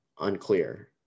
unclear